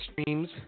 streams